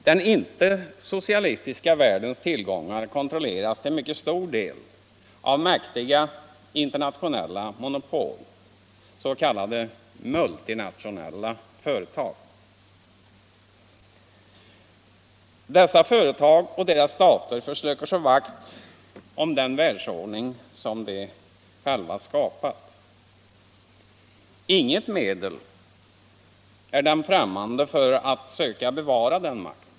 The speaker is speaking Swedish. Den icke-socialistiska världens tillgångar kontrolleras till mycket stor del av mäktiga internationella monopol, s.k. mutlinationella företag. Dessa företag och deras stater försöker slå vakt om den världsordning de själva skapat. Inget medel är dem främmande för att söka bevara makten.